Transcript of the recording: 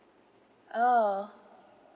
oh